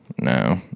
No